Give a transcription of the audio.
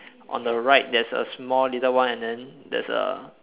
on the right there's a small little one and then there's a